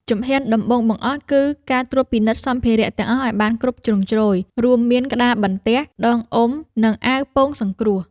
ជំហានដំបូងបង្អស់ គឺការត្រួតពិនិត្យសម្ភារៈទាំងអស់ឱ្យបានគ្រប់ជ្រុងជ្រោយ រួមមានក្តារបន្ទះ ដងអុំ និងអាវពោងសង្គ្រោះ។